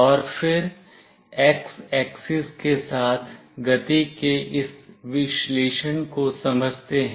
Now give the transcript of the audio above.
और फिर x axis के साथ गति के इस विश्लेषण को समझते हैं